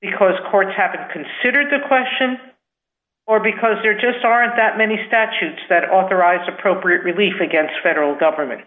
to consider the question or because there just aren't that many statutes that authorize appropriate relief against federal government